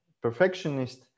perfectionist